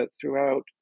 throughout